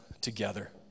together